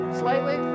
slightly